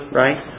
right